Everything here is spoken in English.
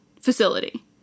facility